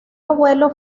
abuelo